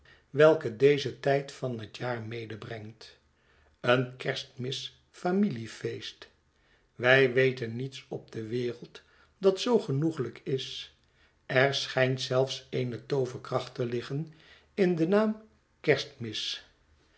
welke deze tijd van het jaar medebrengt een kerstmisfamiliefeest wij weten niets op de wereld dat zoo genoeglijk is er schijnt zelfs eene tooverkracht te liggen in den naam kerstmis